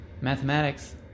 mathematics